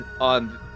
on